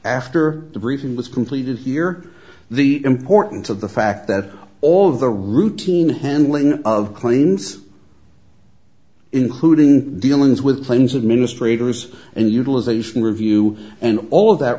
after the briefing was completed here the importance of the fact that all of the routine handling of claims including dealings with claims administrator was and utilization review and all that